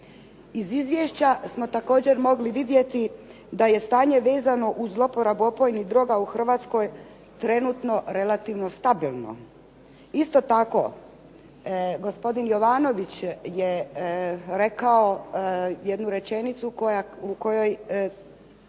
Iz izvješća smo također mogli vidjeti da je stanje vezano uz zloporabu opojnih droga u Hrvatskoj trenutno relativno stabilno. Isto tako, gospodin Jovanović je rekao jednu rečenicu u kojoj